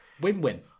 Win-win